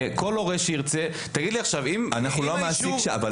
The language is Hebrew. כל הורה שירצה --- אנחנו לא המעסיק שם.